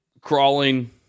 Crawling